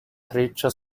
freccia